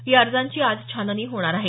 या अर्जांची आज छाननी होणार आहे